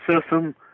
system